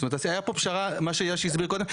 זאת אומרת הייתה פה פשרה, מה שיאשי הסביר קודם.